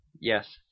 yes